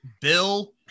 Bill